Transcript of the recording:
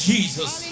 Jesus